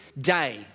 day